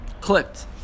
clipped